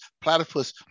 Platypus